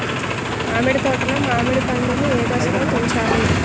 మామిడి తోటలో మామిడి పండు నీ ఏదశలో తుంచాలి?